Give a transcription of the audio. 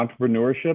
entrepreneurship